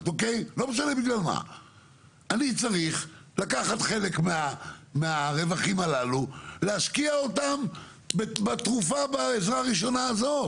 אני צריך לקחת חלק מהרווחים הללו ולהשקיע אותם בתרופה הזו,